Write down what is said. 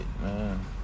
man